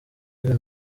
even